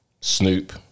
Snoop